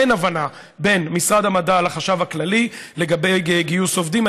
אין הבנה בין משרד המדע לחשב הכללי לגבי גיוס עובדים.